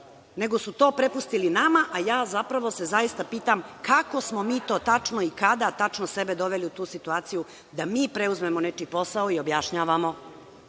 nego su to prepustili nama, a ja se zapravo zaista pitam – kako smo mi to tačno i kada tačno sebe doveli u tu situaciju da mi preuzmemo nečiji posao i objašnjavamo